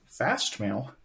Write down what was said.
Fastmail